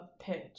pitch